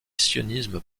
sionisme